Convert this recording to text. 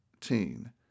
teen